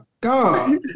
God